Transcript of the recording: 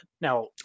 Now